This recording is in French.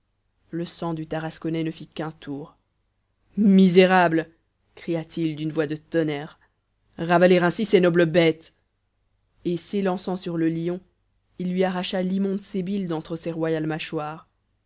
le sang du tarasconnais ne fit qu'un tour misérables cria-t-il d'une voix de tonnerre ravaler ainsi ces nobles bêtes et s'élançant sur le lion il lui arracha l'immonde sébile d'entre ses royales mâchoires